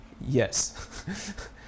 yes